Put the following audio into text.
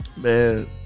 Man